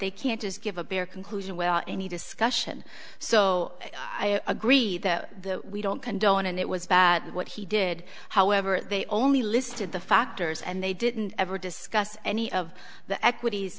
they can't just give a bare conclusion well any discussion so i agree that the we don't condone and it was bad what he did however they only listed the factors and they didn't ever discuss any of the equities